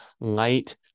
light